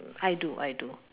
I do I do